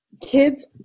kids